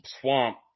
swamp